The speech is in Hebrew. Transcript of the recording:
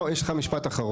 לא, יש לך משפט אחרון.